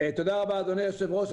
תודה רבה אדוני היושב ראש.